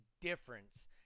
difference